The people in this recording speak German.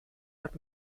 hat